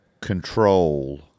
control